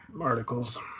articles